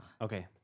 Okay